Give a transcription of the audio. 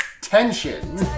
Tension